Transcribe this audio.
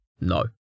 No